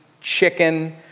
chicken